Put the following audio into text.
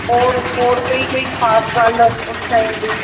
ਹੋਰ ਹੋਰ ਕੋਈ ਕੋਈ ਖ਼ਾਸ ਗੱਲ ਉਸ ਟਾਈਮ ਦੀ